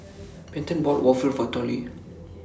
Benton bought Waffle For Tollie